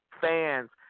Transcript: fans